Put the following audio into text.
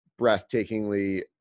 breathtakingly